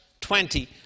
20